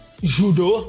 judo